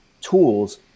tools